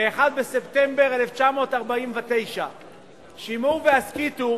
ב-1 בספטמבר 1949. שמעו והסכיתו